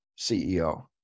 CEO